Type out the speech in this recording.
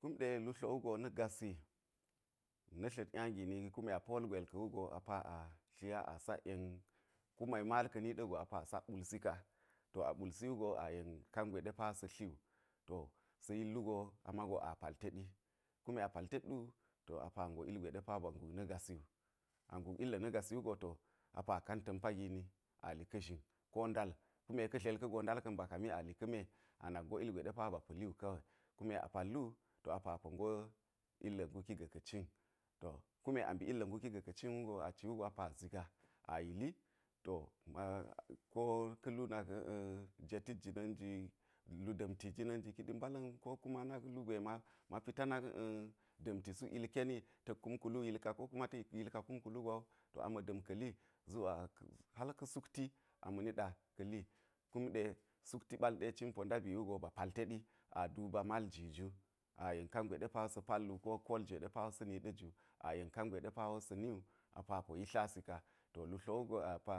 Kum ɗe lu tlo wugo na̱ gasi na̱ tla̱t nya gi kume a pol gwe ka̱ wugo a pa a tlinya a sak yen kume mal ka̱ niɗa̱ go a sak ɓulsi ka to a ɓulsi wugo a yen kangwe ɗe pa sa̱ tli wu, to yil wugo a mago a pal teɗi kume a pal tet wu a pa a ngo ilgwe ba nguk na̱ gasi wu, a nguk illa̱ na̱ gasi wugo to a pa a kan ta̱npa gini a li ka̱ zhin ko ndal kume ka̱ dlel ka̱go ndal ka̱n ba kami a li ka̱ me a nak ngo ilgwe pa wo ba pa̱li wu ka we kume a pal wu to a pa a po ng illa̱ nguki ga̱ ka̱ cin to kume a mbi illa̱ ngukiga̱ cin wu a ci wugo a pa a zigaa a yili to ko ka̱ lu na̱k njetit jina̱n ji lu da̱mti jina̱n ji kiɗi mbala̱n ko kuma nak lugwe ma ma nak pita da̱mti suk yilkeni ta̱k kum kulu ga̱ yilka kota̱ yilka kum kulu gwa wu to a ma̱ da̱m ka̱ li zuwa har ka̱ sukti a ma̱ niɗa ka̱ li kum ɗe sukti ɓal ɗe cin po ndabi wugo ba pal teɗi a duba mal ji ju, a yen kangwe ɗe pa wo sa̱ pal wu ko kol jwe ɗe pa wo sa̱ ni ɗa̱ ju ayen kangwe ɗe pa sa̱ ni wu, a pa a po yistlasi ka to lu tlo wugo a pa